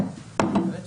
הנתון